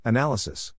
Analysis